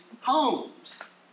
homes